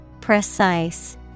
Precise